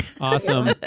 Awesome